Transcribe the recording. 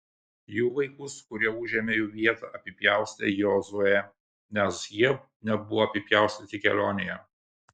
jų vaikus kurie užėmė jų vietą apipjaustė jozuė nes jie nebuvo apipjaustyti kelionėje